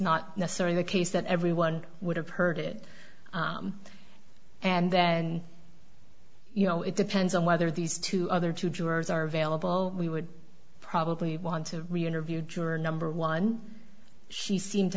not necessarily the case that everyone would have heard it and then you know it depends on whether these two other two jurors are available we would probably want to re interview juror number one she seemed to